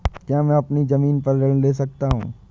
क्या मैं अपनी ज़मीन पर ऋण ले सकता हूँ?